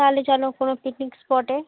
তাহলে চলো কোনও পিকনিক স্পটে